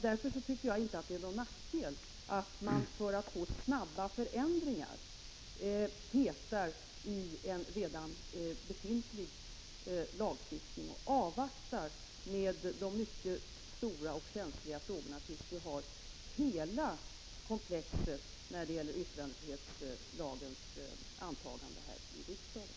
Därför tycker jag inte att det är någon nackdel att man för att få snara förändringar ändrar något i en redan befintlig lagstiftning och avvaktar med de stora och mycket känsliga frågorna, tills vi här i riksdagen har möjlighet att ta ställning till hela det komplex som yttrandefrihetsutredningen omfattar.